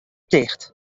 ticht